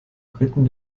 briten